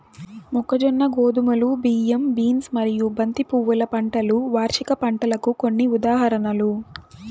మొక్కజొన్న, గోధుమలు, బియ్యం, బీన్స్ మరియు బంతి పువ్వుల పంటలు వార్షిక పంటలకు కొన్ని ఉదాహరణలు